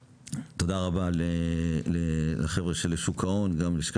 תודה רבה לחבר'ה של שוק ההון וגם ללשכה